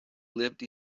lived